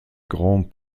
grand